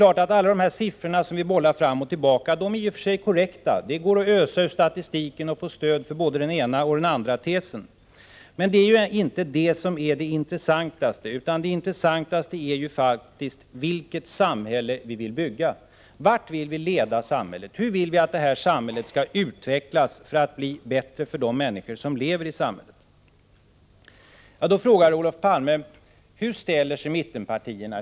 Alla de här siffrorna som vi bollar fram och tillbaka är i och för sig korrekta. Det går att ösa ur statistiken och få stöd för både den ena och den andra tesen. Det är emellertid inte detta som är det intressantaste. Det intressantaste är vilket samhälle vi vill bygga. Vart vill vi leda samhället? Hur vill vi att det här samhället skall utvecklas för att bli bättre för de människor som lever i samhället? Olof Palme frågar: Hur ställer sig mittenpartierna?